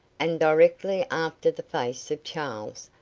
and directly after the face of charles,